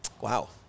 Wow